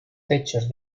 techos